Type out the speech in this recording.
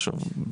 עכשיו,